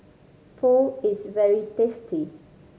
pho is very tasty